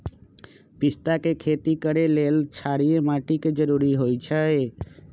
पिस्ता के खेती करय लेल क्षारीय माटी के जरूरी होई छै